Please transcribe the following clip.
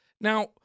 Now